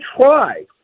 try